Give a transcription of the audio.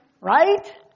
right